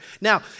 Now